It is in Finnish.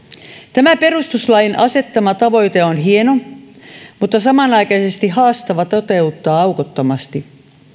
tämä perustuslain asettama tavoite on hieno mutta samanaikaisesti haastava toteuttaa aukottomasti